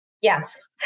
Yes